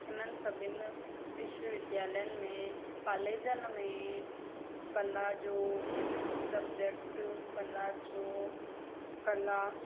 हिननि सभिनि विश्व विद्यालयनि में कॉलेजनि में कला जो सब्जेक्ट कला जो कला